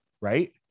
Right